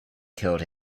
killed